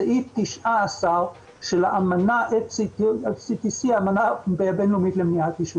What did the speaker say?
סעיף 19 של האמנה הבין-לאומית למניעת עישון.